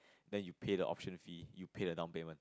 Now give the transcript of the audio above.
then you pay the option fee you pay the down payment